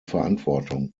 verantwortung